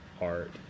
art